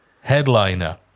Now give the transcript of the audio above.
headliner